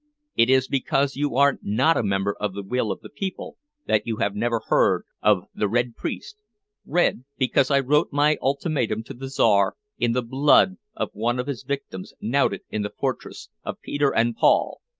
it is because you are not a member of the will of the people that you have never heard of the red priest' red because i wrote my ultimatum to the czar in the blood of one of his victims knouted in the fortress of peter and paul,